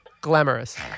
glamorous